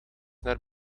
naar